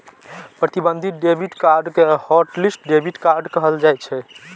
प्रतिबंधित debit card कें hotlist debit card कहल जाइ छै